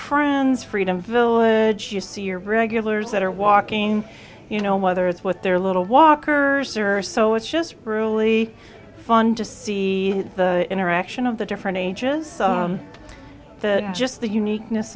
friends freedom village you see your regulars that are walking you know whether it's with their little walkers or so it's just really fun to see the interaction of the different ages the just the uniqueness